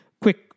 quick